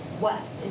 west